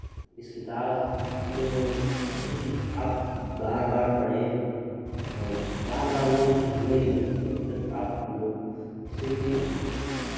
इस किताब में जैसे कि आप बार बार पढ़ें और बार बार वो नई लगती है मतलब आप जैसे कि